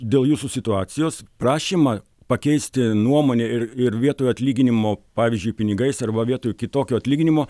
dėl jūsų situacijos prašymą pakeisti nuomonę ir ir vietoj atlyginimo pavyzdžiui pinigais arba vietoj kitokio atlyginimo